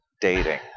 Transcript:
dating